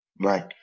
right